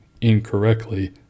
incorrectly